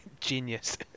Genius